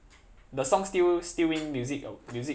the song still still win music a~ music